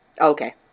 Okay